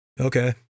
okay